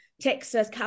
Texas